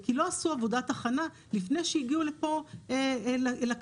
כי לא עשו עבודת הכנה לפני שהגיעו לפה לכנסת.